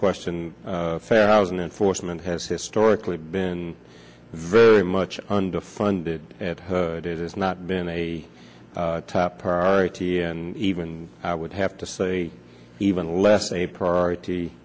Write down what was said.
question fair housing enforcement has historically been very much underfunded and heard it has not been a top priority and even i would have to say even less a priority